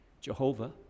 Jehovah